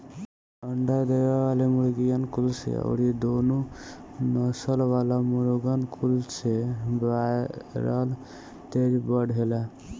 अंडा देवे वाली मुर्गीन कुल से अउरी दुनु नसल वाला मुर्गिन कुल से बायलर तेज बढ़ेला